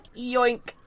Yoink